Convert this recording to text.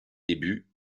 débuts